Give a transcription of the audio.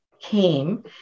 came